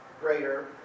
greater